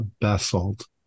basalt